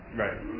right